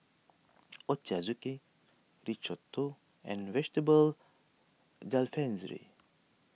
Ochazuke Risotto and Vegetable Jalfrezi